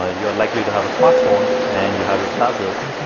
ah you're likely to have a smartphone and you have your glasses.